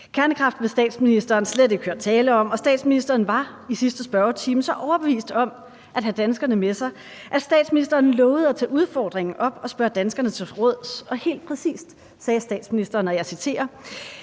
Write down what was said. Kernekraft vil statsministeren slet ikke høre tale om, og statsministeren var i sidste spørgetime så overbevist om at have danskerne med sig, at statsministeren lovede at tage udfordringen op og spørger danskerne til råds. Helt præcis sagde statsministeren, og jeg citerer: